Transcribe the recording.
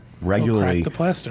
regularly